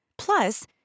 Plus